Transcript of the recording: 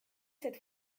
cette